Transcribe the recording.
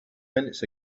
minutes